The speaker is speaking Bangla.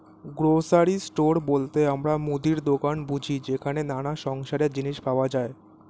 গ্রোসারি স্টোর বলতে আমরা মুদির দোকান বুঝি যেখানে নানা সংসারের জিনিস পাওয়া যায়